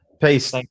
Peace